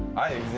i